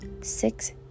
six